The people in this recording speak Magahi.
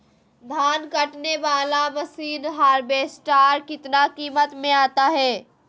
धान कटने बाला मसीन हार्बेस्टार कितना किमत में आता है?